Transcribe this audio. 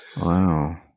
Wow